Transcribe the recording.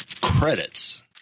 credits